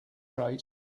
rate